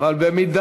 אבל אם לא,